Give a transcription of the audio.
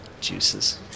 juices